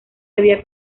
había